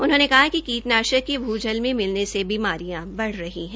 उन्होंने कहा कि कीटनाशक के भूजल में मिलने से बीमारियां बढ़ रही हैं